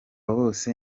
bose